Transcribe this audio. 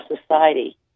society